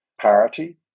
parity